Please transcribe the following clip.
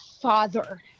father